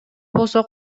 болсо